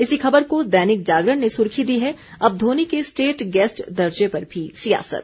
इसी खबर को दैनिक जागरण ने सुर्खी दी है अब धोनी के स्टेट गैस्ट दर्जे पर भी सियासत